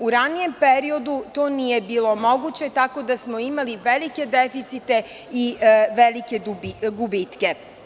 U ranijem periodu to nije bilo moguće tako da smo imali velike deficite i velike gubitke.